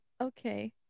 okay